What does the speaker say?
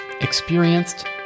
experienced